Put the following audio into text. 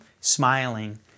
smiling